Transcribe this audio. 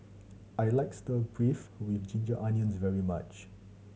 I like stir beef with ginger onions very much